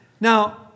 Now